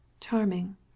Charming